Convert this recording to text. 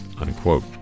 Unquote